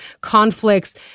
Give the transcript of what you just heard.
conflicts